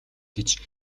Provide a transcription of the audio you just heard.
гэж